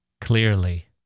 Clearly